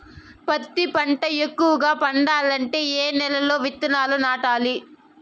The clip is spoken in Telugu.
పత్తి పంట ఎక్కువగా పండాలంటే ఏ నెల లో విత్తనాలు నాటాలి?